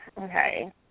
okay